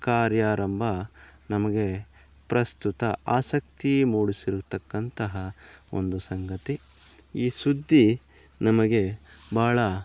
ಕಾರ್ಯಾರಂಭ ನಮಗೆ ಪ್ರಸ್ತುತ ಆಸಕ್ತಿ ಮೂಡಿಸಿರತಕ್ಕಂತಹ ಒಂದು ಸಂಗತಿ ಈ ಸುದ್ದಿ ನಮಗೆ ಭಾಳ